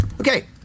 Okay